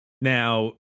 now